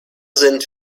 sind